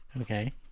Okay